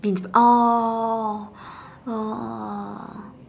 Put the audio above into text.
beansprout !aww! !aww!